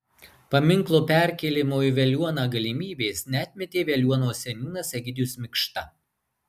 paminklo perkėlimo į veliuoną galimybės neatmetė veliuonos seniūnas egidijus mikšta